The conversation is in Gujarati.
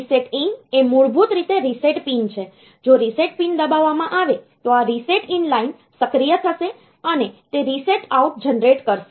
રીસેટ ઈન એ મૂળભૂત રીતે રીસેટ પિન છે જો રીસેટ પિન દબાવવામાં આવે તો આ રીસેટ ઈન લાઇન સક્રિય થશે અને તે રીસેટ આઉટ જનરેટ કરશે